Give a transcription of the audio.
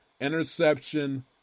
interception